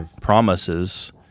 promises